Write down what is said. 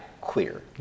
clear